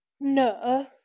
No